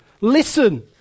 Listen